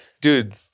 dude